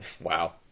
Wow